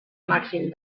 màxim